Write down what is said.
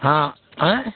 हाँ अएं